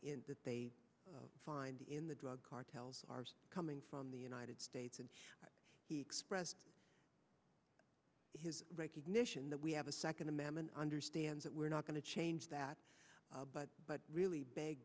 that they find in the drug cartels are coming from the united states and he expressed his recognition that we have a second amendment understands that we're not going to change that but really b